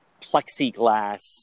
plexiglass